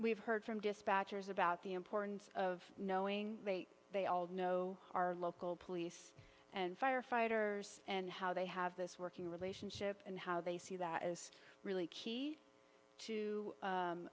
we've heard from dispatchers about the importance of knowing they all know our local police and firefighters and how they have this working relationship and how they see that as really key to